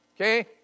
Okay